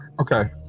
Okay